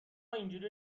اینجوری